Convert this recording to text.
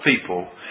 people